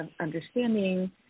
understanding